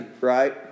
right